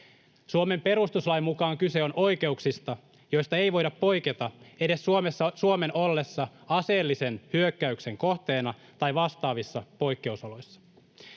Suomen perustuslain mukaan kyse on oikeuksista, joista ei voida poiketa edes Suomen ollessa aseellisen hyökkäyksen kohteena tai vastaavissa poikkeusoloissa.